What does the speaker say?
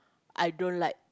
I don't like